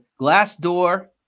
Glassdoor